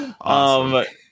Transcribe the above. Awesome